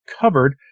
covered